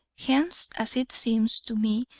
whence, as it seems to me,